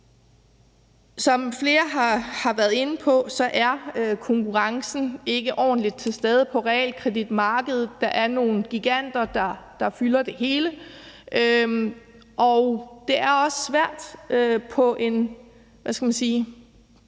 Som flere har været inde på, er konkurrencen ikke ordentligt til stede på realkreditmarkedet. Der er nogle giganter, der fylder det hele, og det er også svært på en ordentlig